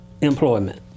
employment